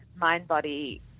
Mind-body